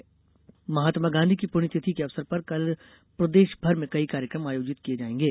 शहीद दिवस महात्मा गांधी की पुण्यतिथि के अवसर पर कल प्रदेश भर में कई कार्यक्रम आयोजित किये जायेंगे